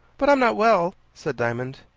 but i'm not well, said diamond.